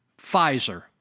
Pfizer